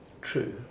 True